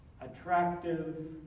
attractive